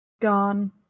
gone